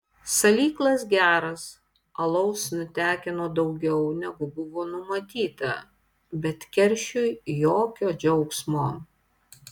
salyklas geras alaus nutekino daugiau negu buvo numatyta bet keršiui jokio džiaugsmo